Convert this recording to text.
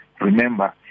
Remember